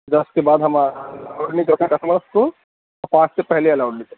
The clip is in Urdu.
دس کے بعد ہم نہیں کرتے کسٹمرس کو پانچ سے پہلے الاؤڈ نہیں ہے